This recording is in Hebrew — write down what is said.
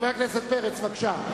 חבר הכנסת פרץ, בבקשה.